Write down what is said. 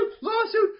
Lawsuit